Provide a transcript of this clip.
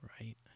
right